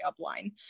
upline